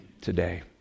today